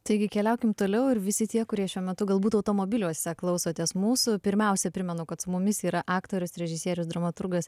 taigi keliaukim toliau ir visi tie kurie šiuo metu galbūt automobiliuose klausotės mūsų pirmiausia primenu kad su mumis yra aktorius režisierius dramaturgas